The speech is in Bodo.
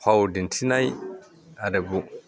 फाव दिन्थिनाय आरो